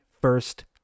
first